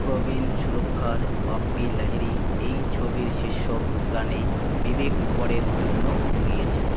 প্রবীণ সুরকার বাপ্পি লাহিড়ী এই ছবির শীর্ষক গানে বিবেক করের জন্য গেয়েছেন